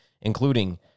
including